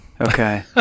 Okay